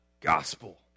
gospel